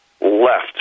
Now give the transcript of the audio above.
left